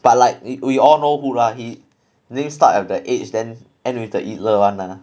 but like we all know who lah he name start at the H then end with the itler [one] ah